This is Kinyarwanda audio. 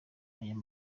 ayo